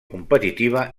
competitiva